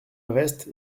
reste